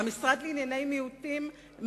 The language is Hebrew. מהמשרד לענייני מיעוטים,